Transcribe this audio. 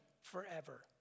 forever